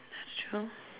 that's true